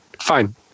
Fine